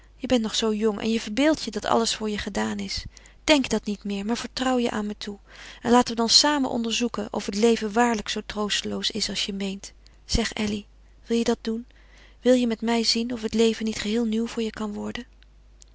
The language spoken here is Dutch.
je bent nog zoo jong en je verbeeldt je dat alles voor je gedaan is denk dat niet meer maar vertrouw je aan mij toe en laten we dan samen onderzoeken of het leven waarlijk zoo troosteloos is als je meent zeg elly wil je dat doen wil je met mij zien of het leven niet geheel nieuw voor je kan worden